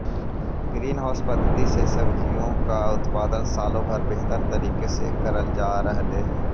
green house पद्धति से सब्जियों का उत्पादन सालों भर बेहतर तरीके से करल जा रहलई हे